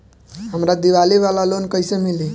हमरा दीवाली वाला लोन कईसे मिली?